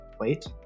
wait